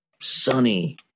sunny